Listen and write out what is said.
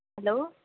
hello